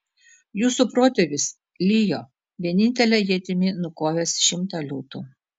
jūsų protėvis lijo vienintele ietimi nukovęs šimtą liūtų